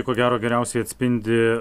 ko gero geriausiai atspindi